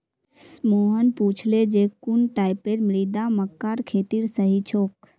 मोहन पूछले जे कुन टाइपेर मृदा मक्कार खेतीर सही छोक?